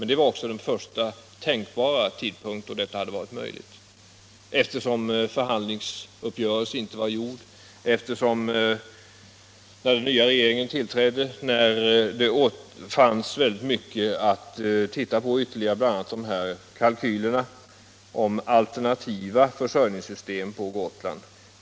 Det var också den första tänkbara tidpunkt då detta hade varit möjligt, eftersom förhandlingsuppgörelse inte var träffad och eftersom den nya regeringen tillträdde när det fortfarande fanns väldigt mycket att titta på ytterligare, bl.a. de här kalkylerna om alternativa försörjningssystem på Gotland.